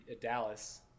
dallas